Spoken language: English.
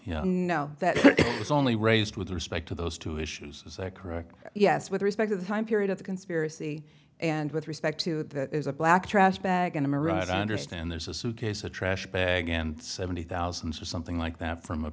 you know no that was only raised with respect to those two issues is that correct yes with respect to the time period of the conspiracy and with respect to the black trash bag and i'm right i understand there's a suitcase a trash bag and seventy thousand something like that from a